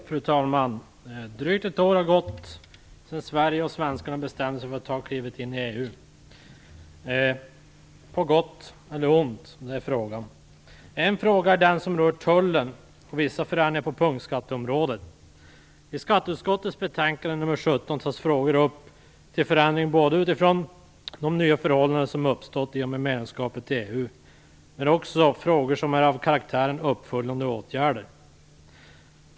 Fru talman! Drygt ett år har gått sedan Sverige och svenskarna bestämde sig för att ta klivet in i EU. Frågan är om det är på gott eller ont. En fråga är den som rör tullen och vissa förändringar på punktskatteområdet. I skatteutskottets betänkande nr 17 tas frågor upp om förändringar utifrån de nya förhållanden som uppstått genom medlemskapet i EU, men också frågor som är av karaktären uppföljande åtgärder.